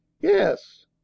yes